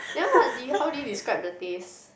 then what did you how did you describe the taste